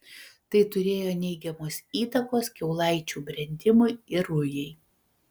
tai turėjo neigiamos įtakos kiaulaičių brendimui ir rujai